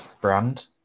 brand